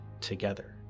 together